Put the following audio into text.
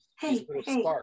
hey